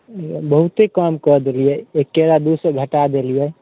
बहुते कम कऽ देलिए एक्केबेरा दुइ सओ घटा देलिए